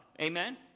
Amen